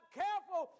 careful